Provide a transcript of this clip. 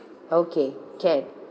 okay can